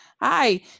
hi